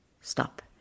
Stop